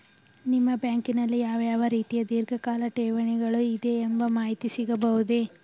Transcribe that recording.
ನಿಮ್ಮ ಬ್ಯಾಂಕಿನಲ್ಲಿ ಯಾವ ಯಾವ ರೀತಿಯ ಧೀರ್ಘಕಾಲ ಠೇವಣಿಗಳು ಇದೆ ಎಂಬ ಮಾಹಿತಿ ಸಿಗಬಹುದೇ?